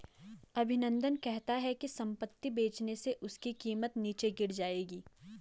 अभिनंदन कहता है कि संपत्ति बेचने से उसकी कीमत नीचे गिर जाएगी